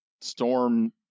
storm